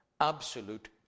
absolute